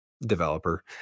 developer